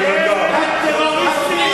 הגנה עצמית.